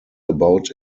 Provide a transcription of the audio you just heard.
about